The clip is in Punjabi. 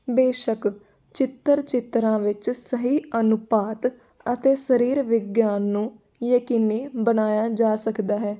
ਬੇਸ਼ਕ ਚਿੱਤਰ ਚਿਤਰਾਂ ਵਿੱਚ ਸਹੀ ਅਨੁਪਾਤ ਅਤੇ ਸਰੀਰ ਵਿਗਿਆਨ ਨੂੰ ਯਕੀਨੀ ਬਣਾਇਆ ਜਾ ਸਕਦਾ ਹੈ